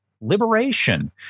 liberation